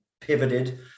pivoted